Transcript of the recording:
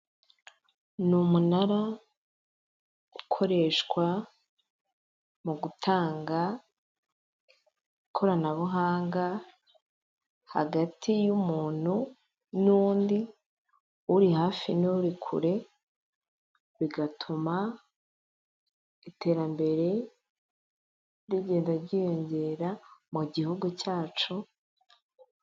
Ni umunara ukoreshwa mu gutanga ikoranabuhanga hagati y'umuntu n'undi, uri hafi n'uri kure, bigatuma iterambere rigenda ryiyongera mu gihugu cyacu.